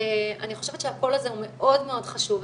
אני חושבת שהקול הזה הוא מאוד מאוד חשוב.